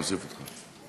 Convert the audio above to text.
נוסיף אותך.